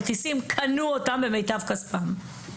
הכרטיסים במיטב כספם.